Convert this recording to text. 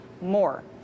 more